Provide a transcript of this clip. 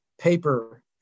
paper